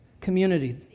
community